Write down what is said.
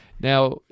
Now